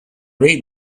read